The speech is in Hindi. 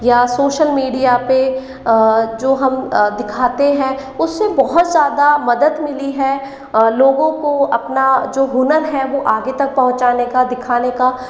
या सोशल मीडिया पे जो हम दिखाते हैं उससे बहुत ज़्यादा मदद मिली है लोगों को अपना जो हुनर है वो आगे तक पहुंचाने का दिखाने का